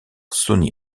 sony